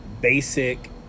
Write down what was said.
basic